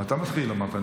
אתה מתחיל, אמרת.